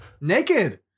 naked